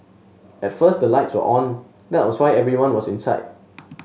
at first the lights were on that was why everyone was inside